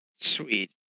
Sweet